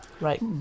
Right